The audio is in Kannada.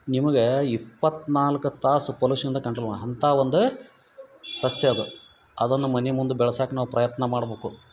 ನಿಮಗಾ ಇಪ್ಪತ್ನಾಲ್ಕು ತಾಸು ಪೊಲ್ಯೂಶನ್ ಇಂದ ಕಂಟ್ರೋಲ್ ಮಾ ಅಂತ ಒಂದು ಸಸ್ಯ ಅದು ಅದನ್ನ ಮನೆ ಮುಂದ ಬೆಳ್ಸಾಕೆ ನಾವು ಪ್ರಯತ್ನ ಮಾಡ್ಬಕು